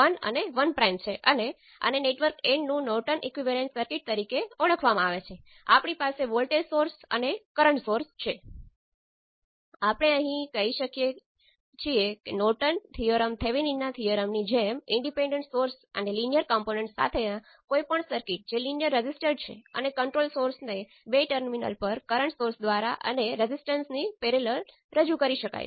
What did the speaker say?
y પેરામીટર્સના કિસ્સામાં આપણે વન પોર્ટને શોર્ટ સર્કિટ કરીએ છીએ અને બે પેરામીટર માપીએ છીએ પછી વન પોર્ટને શોર્ટ સર્કિટ કર્યું અને અન્ય બે પેરામીટરને માપ્યા